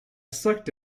sucked